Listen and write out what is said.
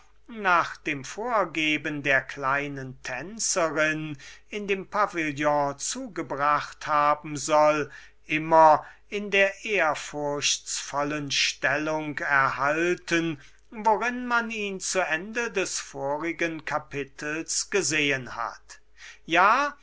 nach dem vorgeben der kleinen tänzerin in dem pavillion zugebracht haben soll sich immer in der ehrfurchtsvollen stellung gehalten habe worin man ihn zu ende des vorigen kapitels gesehen hat wir